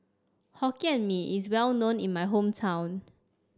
Hokkien Mee is well known in my hometown